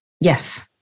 Yes